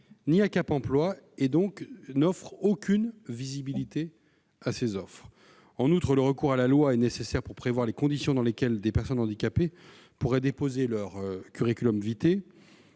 par ce biais, d'aucune visibilité. En outre, le recours à la loi est nécessaire pour prévoir les conditions dans lesquelles des personnes handicapées pourraient déposer leur curriculum vitae